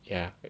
yeah